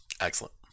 excellent